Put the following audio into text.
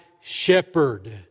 shepherd